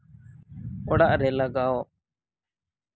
ᱚᱲᱟᱜ ᱨᱮ ᱞᱟᱜᱟᱣ